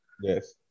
Yes